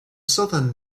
southern